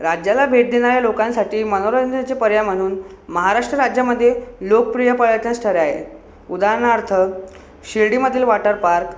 राज्याला भेट देणाऱ्या लोकांसाठी मनोरंजनाचे पर्याय म्हणून महाराष्ट्र राज्यामध्ये लोकप्रिय पर्यटनस्थळं आहे उदारहणार्थ शिर्डीमधील वाॅटरपार्क